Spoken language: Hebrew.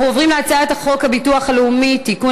אנחנו עוברים להצעת חוק הביטוח הלאומי (תיקון,